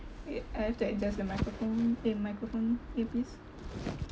wait I have to adjust the microphone eh microphone earpiece